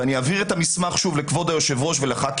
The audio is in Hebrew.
ואני אעביר את המסמך לכבוד היושב-ראש ולחברי